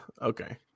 okay